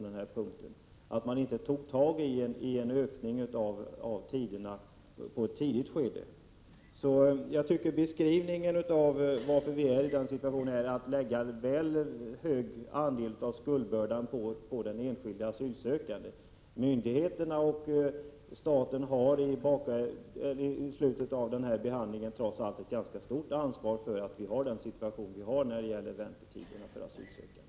Man tog inte tag i — jag använder det uttrycket — ökningen av tiderna i ett tidigt skede. Jag tycker att det vid beskrivningen av varför vi är i denna situation har lagts väl stor andel av skuldbördan på den enskilda asylsökande. Myndigheterna och staten har i slutet av behandlingen trots allt ett ganska stort ansvar för att situationen är sådan som den är när det gäller väntetiderna för asylsökande.